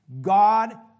God